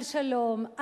על שלום,